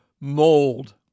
Mold